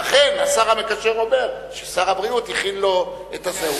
ואכן, השר המקשר אומר ששר הבריאות הכין לו את זה.